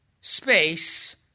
Space